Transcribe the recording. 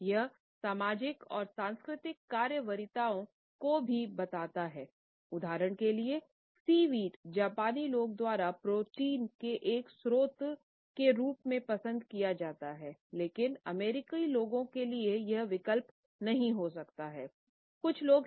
यह सामाजिक और सांस्कृतिक कार्य वरीयताओं को भी बताता है